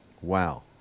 wow